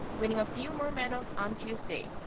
winning a few more medals on tuesday.